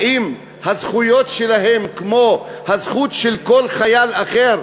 האם הזכויות שלהם הן כמו הזכות של כל חייל אחר?